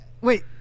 Wait